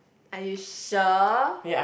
are you sure